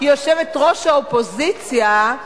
היא יושבת-ראש האופוזיציה,